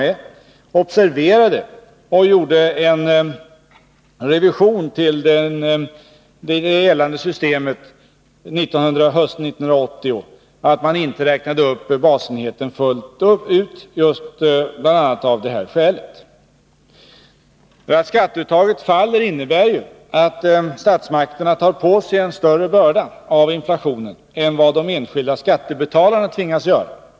Den gjorde därför hösten 1980, bl.a. av detta skäl, en revision av det gällande systemet, som innebar att man inte räknade upp basenheten fullt ut. Att skatteuttaget faller innebär att statsmakterna tar på sig en större börda avinflationen än vad de enskilda skattebetalarna tvingas göra.